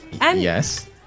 Yes